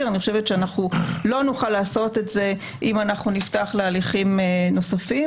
אני חושבת שלא נוכל לעשות את זה אם נפתח להליכים נוספים.